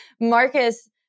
marcus